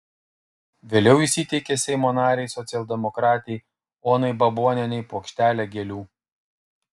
vėliau jis įteikė seimo narei socialdemokratei onai babonienei puokštelę gėlių